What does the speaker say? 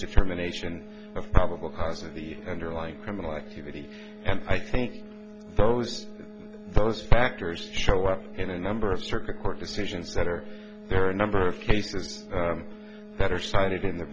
determination of probable cause of the underlying criminal activity and i think those those factors show up in a number of circuit court decisions that are there are a number of cases that are cited in the